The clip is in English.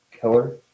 killer